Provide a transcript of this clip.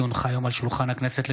כי הונחה היום על שולחן הכנסת,